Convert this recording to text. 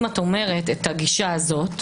אם את אומרת את הגישה הזו,